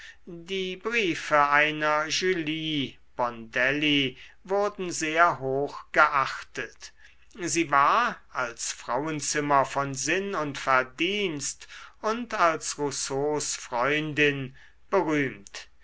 die briefe einer julie bondeli wurden sehr hoch geachtet sie war als frauenzimmer von sinn und verdienst und als rousseaus freundin berühmt